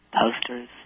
posters